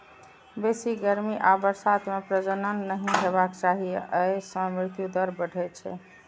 बेसी गर्मी आ बरसात मे प्रजनन नहि हेबाक चाही, अय सं मृत्यु दर बढ़ै छै